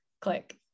click